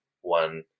one